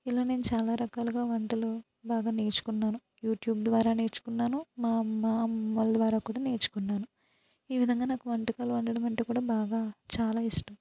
ఇలా నేను చాలా రాకలుగా వంటలు బాగ నేర్చుకున్నాను యూట్యూబ్ ద్వార నేర్చుకున్నాను మా అమ్మ అమ్మమ్మల ద్వారా కూడా నేర్చుకున్నాను ఈ విధంగా నాకు వంటకాలు వండడమంటే కూడా బాగా చాలా ఇష్టం